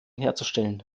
herzustellen